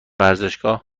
ورزشکاره